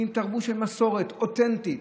עם תרבות של מסורת אותנטית,